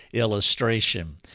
Illustration